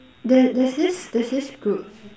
there there's this there's this group